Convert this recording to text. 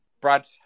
Brad